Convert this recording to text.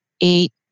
eight